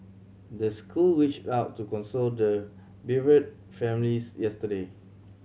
the school reached out to console the bereaved families yesterday